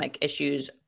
issues